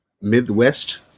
Midwest